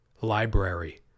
library